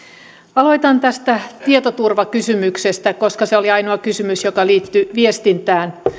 aloitan tästä tietoturvakysymyksestä koska se oli ainoa kysymys joka liittyi viestintään